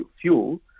fuel